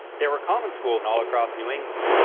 there were common schools and all across new england,